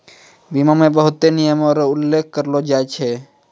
बीमा मे बहुते नियमो र उल्लेख करलो जाय छै